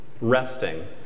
resting